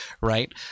right